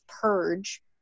purge